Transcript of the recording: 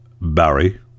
Barry